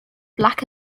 black